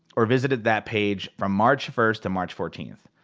or visited that page from march first to march fourteenth.